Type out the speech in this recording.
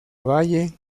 valle